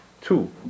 Two